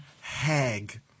Hag